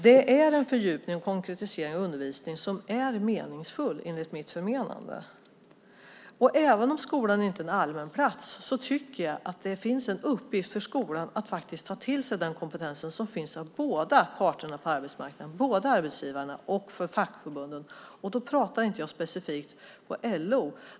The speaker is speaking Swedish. Det är en fördjupning och en konkretisering av undervisningen som är meningsfull enligt mitt förmenande. Även om skolan inte är en allmän plats tycker jag att det finns en uppgift för skolan att faktiskt ta till sig den kompetens som finns hos båda parterna på arbetsmarknaden, både arbetsgivarna och fackförbunden. Då pratar jag inte specifikt om LO.